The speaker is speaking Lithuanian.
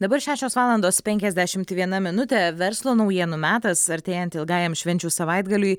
dabar šešios valandos penkiasdešimt viena minutė verslo naujienų metas artėjant ilgajam švenčių savaitgaliui